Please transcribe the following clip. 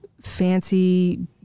fancy